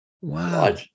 Wow